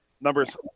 numbers